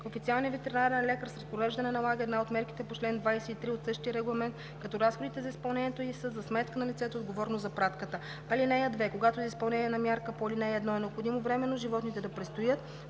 официалният ветеринарен лекар с разпореждане налага една от мерките по чл. 23 от същия регламент, като разходите за изпълнението й са за сметка на лицето, отговорно за пратката. (2) Когато за изпълнение на мярка по ал. 1 е необходимо временно животните да престоят,